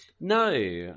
No